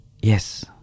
Yes